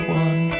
one